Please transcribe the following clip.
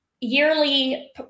yearly